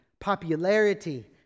popularity